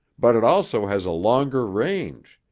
but it also has a longer range.